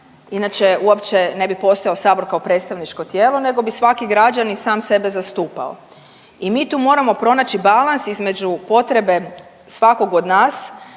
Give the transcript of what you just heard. inače uopće ne bi postojao Sabor kao predstavničko tijelo nego bi svaki građanin sam sebe zastupao i mi tu moram pronaći balans između potrebe svakog od nas